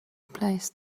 placed